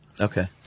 Okay